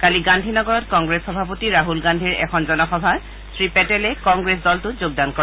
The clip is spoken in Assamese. কালি গান্ধীনগৰত কংগ্ৰেছ সভাপতি ৰাহুল গান্ধীৰ এখন জনসভাত শ্ৰীপেটেলে কংগ্ৰেছ দলটোত যোগদান কৰে